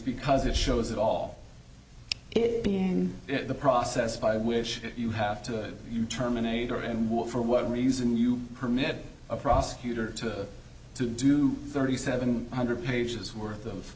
because it shows it all it being the process by which you have to you terminator and war for whatever reason you permit a prosecutor to to do thirty seven hundred pages worth of